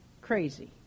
crazy